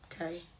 okay